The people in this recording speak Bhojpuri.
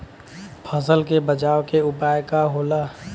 फसल के बचाव के उपाय का होला?